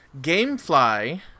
Gamefly